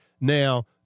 Now